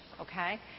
okay